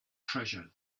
treasure